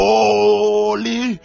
Holy